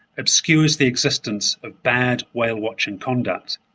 obscures the existence of bad whale-watching conduct.